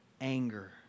anger